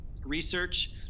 research